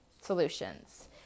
solutions